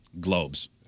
globes